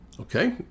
okay